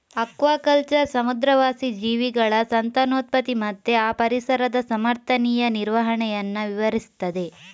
aquaculture ಸಮುದ್ರವಾಸಿ ಜೀವಿಗಳ ಸಂತಾನೋತ್ಪತ್ತಿ ಮತ್ತೆ ಆ ಪರಿಸರದ ಸಮರ್ಥನೀಯ ನಿರ್ವಹಣೆಯನ್ನ ವಿವರಿಸ್ತದೆ